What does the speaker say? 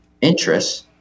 interest